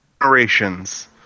Generations